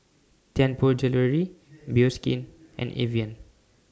Tianpo Jewellery Bioskin and Evian